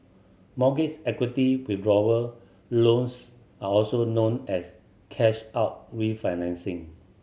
mortgage equity withdrawal loans are also known as cash out refinancing